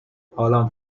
حالم